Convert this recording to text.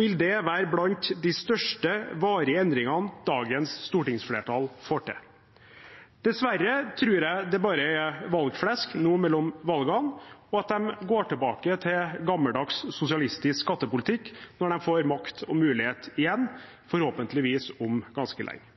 vil det være blant de største varige endringene dagens stortingsflertall får til. Dessverre tror jeg det bare er valgflesk, nå mellom valgene, og at de går tilbake til gammeldags, sosialistisk skattepolitikk når de får makt og mulighet igjen, forhåpentligvis om ganske lenge.